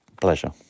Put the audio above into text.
Pleasure